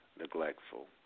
neglectful